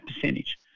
percentage